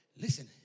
Listen